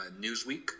Newsweek